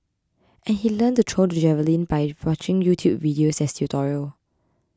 and he learnt to throw the javelin by watching YouTube videos as tutorial